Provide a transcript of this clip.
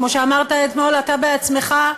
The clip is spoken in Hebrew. כמו שאמרת אתמול אתה בעצמך,